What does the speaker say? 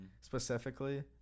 specifically